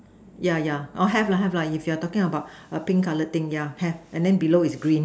yeah yeah have lah have lah if you're talking about a pink color thing yeah have and then below is green